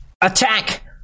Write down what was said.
Attack